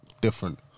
different